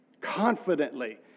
confidently